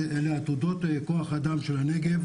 צריך להשקיע בכוח האדם בנגב